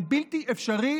זה בלתי אפשרי,